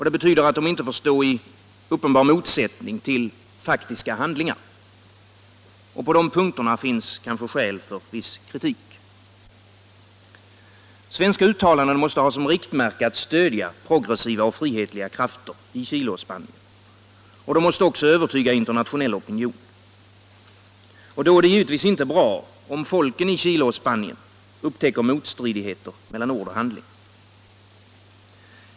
Det betyder att de inte får stå i uppenbar motsättning till faktiska handlingar. På de punkterna finns kanske skäl för viss kritik. Svenska uttalanden måste ha som riktmärke att stödja progressiva och frihetliga krafter i Chile och Spanien. De måste också övertyga internationell opinion. Då är det givetvis inte bra om folken i Chile och Spanien upptäcker motstridigheter mellan ord och handling.